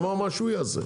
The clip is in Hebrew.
הוא אמר מה שהוא יעשה.